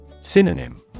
Synonym